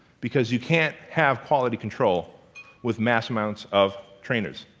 because you can't have quality control with mass amounts of trainers.